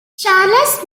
charles